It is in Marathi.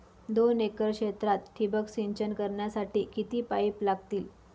दोन एकर क्षेत्रात ठिबक सिंचन करण्यासाठी किती पाईप लागतील?